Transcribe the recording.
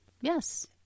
yes